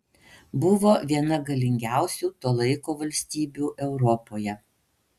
buvo viena galingiausių to laiko valstybių europoje